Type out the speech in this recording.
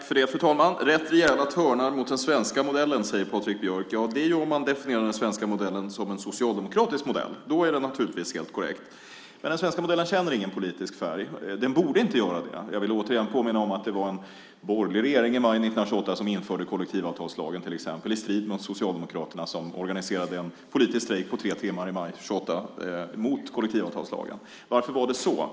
Fru talman! Rätt rejäla törnar mot den svenska modellen, säger Patrik Björck. Ja, om man definierar den svenska modellen som en socialdemokratisk modell är det naturligtvis helt korrekt. Men den svenska modellen känner ingen politisk färg. Den borde inte göra det. Jag vill återigen påminna om att det var en borgerlig regering som i maj 1928 införde kollektivavtalslagen, i strid mot Socialdemokraterna, som organiserade en politisk strejk på tre timmar mot kollektivavtalslagen. Varför var det så?